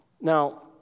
now